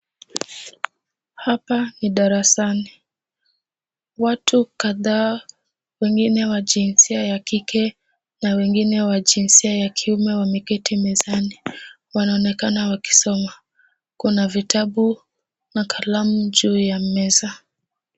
Hapa ni darasani watu kadhaa wengine wa jinsia ya kike na wengine wa jinsia ya kiume wameketi mezani wanaonekana wakisoma kuna vitabu na kalamu juu ya meza.